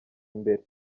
imbere